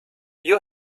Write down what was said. you